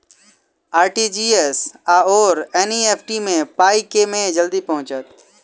RTGS आओर NEFT मे पाई केँ मे जल्दी पहुँचत?